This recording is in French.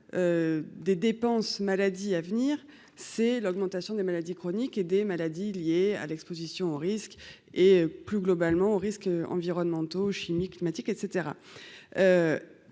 des dépenses maladie à venir, c'est l'augmentation des maladies chroniques et des maladies liées à l'Exposition aux risques et plus globalement aux risques environnementaux chimiques climatique et